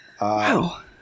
Wow